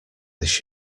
this